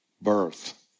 birth